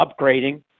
upgrading